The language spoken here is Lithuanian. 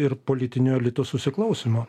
ir politinio elito susiklausymo